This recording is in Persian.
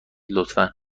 لطفا